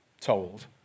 told